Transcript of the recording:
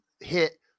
hit